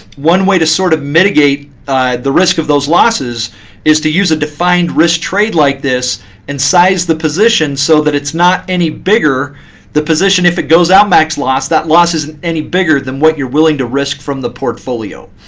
one way to sort of mitigate the risk of those losses is to user defined risk trade like this and size the position so that it's not any bigger the position, if it goes out max loss, that loss isn't any bigger than what you're willing to risk from the portfolio.